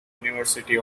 university